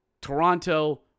Toronto